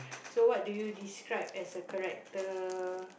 so what do you describe as a character